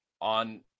on